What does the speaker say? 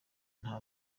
nta